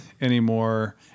anymore